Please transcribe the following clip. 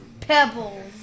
Pebbles